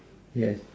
yes